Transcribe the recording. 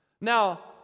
Now